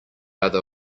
other